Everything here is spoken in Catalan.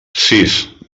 sis